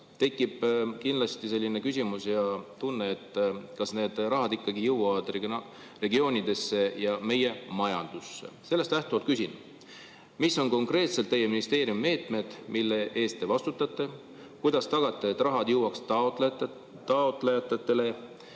tekib kindlasti selline küsimus, kas need vahendid ikka jõuavad regioonidesse ja meie majandusse. Sellest lähtuvalt küsin: mis on konkreetselt teie ministeeriumi meetmed, mille eest te vastutate? Kuidas tagate, et raha jõuaks taotlejateni?